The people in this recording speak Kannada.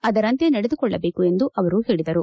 ಅದರಂತೆ ನಡೆದುಕೊಳ್ಳಬೇಕು ಎಂದು ಅವರು ಹೇಳದರು